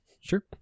Sure